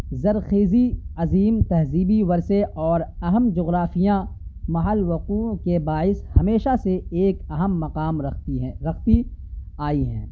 زرخیزی عظیم تہذیبی ورثے اور اہم جغرافیہ محل وقوع کے کے باعث ہمیشہ سے ایک اہم مقام رکھتی ہیں رکھتی آئی ہیں